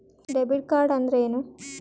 Debit ಕಾರ್ಡ್ಅಂದರೇನು?